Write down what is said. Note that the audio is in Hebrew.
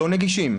לא נגישים.